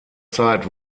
zeit